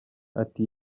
ati